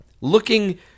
looking